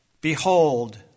Behold